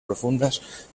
profundas